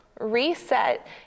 Reset